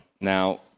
Now